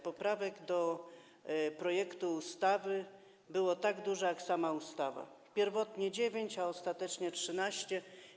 Poprawek do projektu ustawy było tak dużo, jak duża jest sama ustawa: pierwotnie dziewięć, a ostatecznie 13.